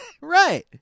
Right